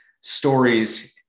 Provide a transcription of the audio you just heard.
stories